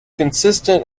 consistent